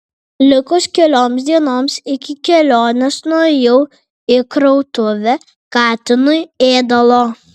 likus kelioms dienoms iki kelionės nuėjau į krautuvę katinui ėdalo